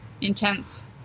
intense